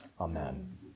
Amen